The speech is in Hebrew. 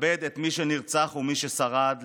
כבד את מי שנרצח ומי ששרד,